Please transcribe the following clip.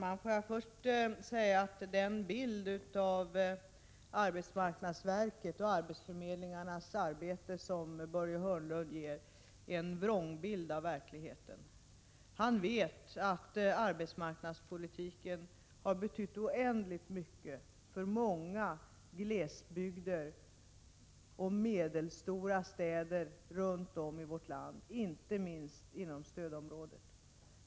Herr talman! Först vill jag säga att den bild av arbetsmarknadsverkets och arbetsförmedlingarnas arbete som Börje Hörnlund ger är en vrångbild av verkligheten. Han vet att arbetsmarknadspolitiken har betytt oändligt mycket för många glesbygder och medelstora städer runt om i vårt land, inte minst inom stödområdet.